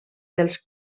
dels